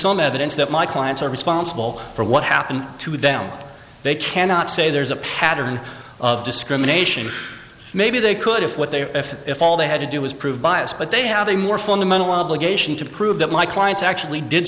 some evidence that my clients are responsible for what happened to them they cannot say there is a pattern of discrimination maybe they could of what they are if if all they had to do was prove bias but they have a more fundamental obligation to prove that my clients actually did